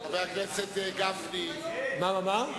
תאמין לי, דיברתי עם ג'ומס, לא סתם אני אומר לך.